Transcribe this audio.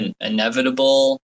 inevitable